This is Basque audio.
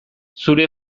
zure